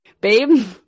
babe